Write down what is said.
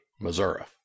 Missouri